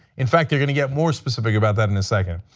in fact, they're going to get more specific about that and a second.